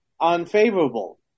unfavorable